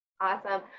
Awesome